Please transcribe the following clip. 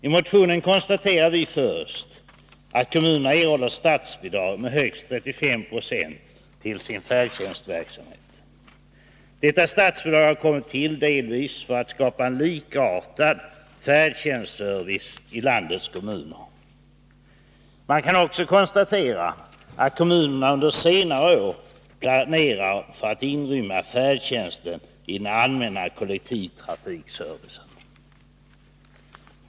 I motionen konstaterar vi först att kommunerna erhåller statsbidrag med högst 35 90 till sin färdtjänstverksamhet. Detta statsbidrag har tillkommit delvis för att skapa en likformig färdtjänstservice i landets kommuner. Man kan också konstatera att kommunerna under senare år planerat för att inrymma färdtjänsten i den allmänna kollektivtrafikservicen.